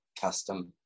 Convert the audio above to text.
custom